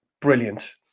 brilliant